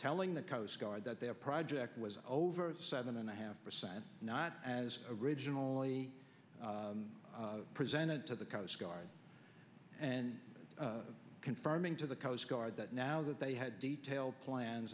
telling the coastguard that their project was over seven and a half percent not as originally presented to the coast guard and confirming to the coast guard that now that they had detailed plans